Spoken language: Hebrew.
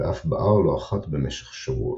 ואף בער לא אחת במשך שבועות.